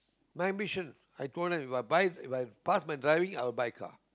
my mission I told them If I buy If I pass my driving I will buy car